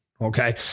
Okay